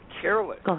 careless